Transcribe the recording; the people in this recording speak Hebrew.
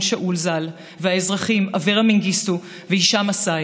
שאול ז"ל והאזרחים אברה מנגיסטו והישאם א-סייד,